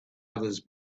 others